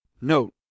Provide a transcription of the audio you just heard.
note